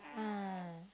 ah